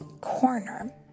corner